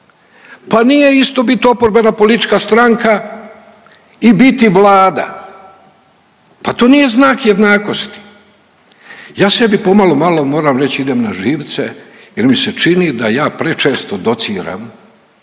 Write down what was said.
pa nije isto biti oporbeno politička stranka i biti Vlada, pa to nije znak jednakosti. Ja sebi pomalo malo moram reći idem na živce jer mi se čini da ja prečesto dociram